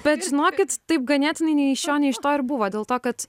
bet žinokit taip ganėtinai nei iš šio nei iš to ir buvo dėl to kad